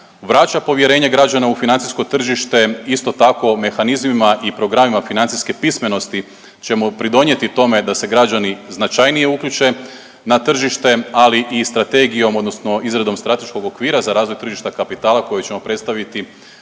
vraća povjerenje građana u financijsko tržište. Isto tako mehanizmima i programima financijske pismenosti ćemo pridonijeti tome da se građani značajnije uključe na tržište ali i strategijom odnosno izradom strateškog okvira za razvoj tržišta kapitala koji ćemo predstaviti